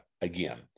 again